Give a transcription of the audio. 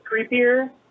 creepier